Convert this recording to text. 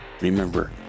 Remember